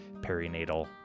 perinatal